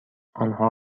آنها